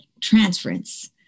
transference